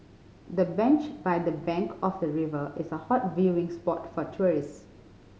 the bench by the bank of the river is a hot viewing spot for tourist